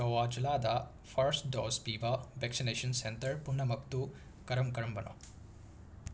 ꯒꯋꯥ ꯖꯤꯂꯥꯗ first dose ꯄꯤꯕ vaccination centre ꯄꯨꯝꯅꯃꯛꯇꯨ ꯀꯔꯝ ꯀꯔꯝꯕꯅꯣ